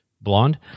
blonde